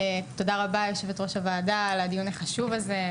תודה רבה ליושבת ראש הוועדה על הדיון החשוב הזה,